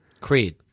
Creed